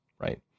right